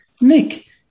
Nick